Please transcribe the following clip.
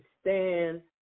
stand